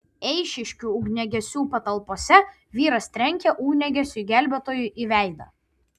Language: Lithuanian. eišiškių ugniagesių patalpose vyras trenkė ugniagesiui gelbėtojui į veidą